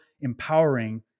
empowering